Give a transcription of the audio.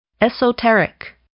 Esoteric